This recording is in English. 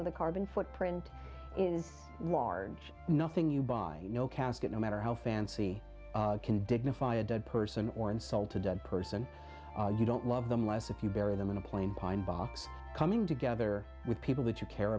so the carbon footprint is large nothing you buy no casket no matter how fancy can dignify a dead person or insult a dead person you don't love them less if you bury them in a plain pine box coming together with people that you care